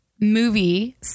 movie